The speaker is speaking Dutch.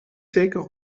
zeker